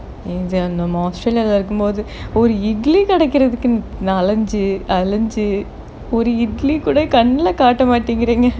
இந்த நாமே:intha naamae australia leh இருக்கும் போது ஒரு இட்லி கிடைக்கறதுக்கு அலைஞ்சு அலைஞ்சு ஒரு இட்லி கூட கண்ணுலே காட்ட மாட்டிங்கிறீங்க:irukum pothu oru idly kidaikaratharku alainju alainju oru idly kooda kanulae kaaata maatingringa